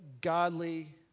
godly